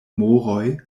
moroj